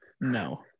no